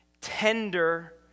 tender